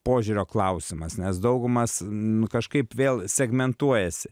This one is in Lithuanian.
požiūrio klausimas nes daugumas nu kažkaip vėl segmentuojasi